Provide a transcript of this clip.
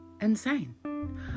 insane